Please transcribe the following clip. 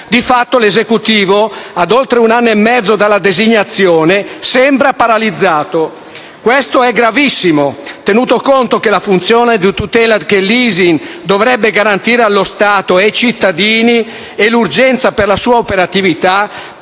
Di fatto l'Esecutivo, ad oltre un anno e mezzo dalla designazione, sembra paralizzato. Questo è gravissimo, tenuto conto che la funzione di tutela che l'ISIN dovrebbe garantire allo Stato e ai cittadini e l'urgenza per la sua operatività